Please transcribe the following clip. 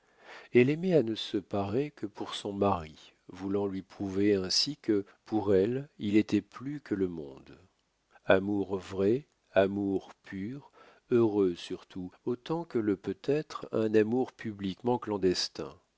elle aimait à ne se parer que pour son mari voulant lui prouver ainsi que pour elle il était plus que le monde amour vrai amour pur heureux surtout autant que le peut être un amour publiquement clandestin